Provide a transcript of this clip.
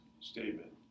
statement